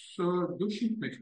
su du šimtmečius